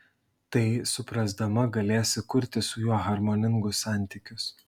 tai suprasdama galėsi kurti su juo harmoningus santykius